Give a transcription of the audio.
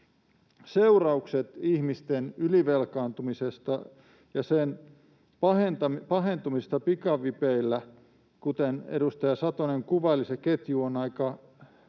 Seuraukset ihmisten ylivelkaantumisesta ja sen pahentumisesta pikavipeillä — kuten edustaja Satonen kuvaili, se ketju on aika